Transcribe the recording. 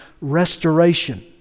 restoration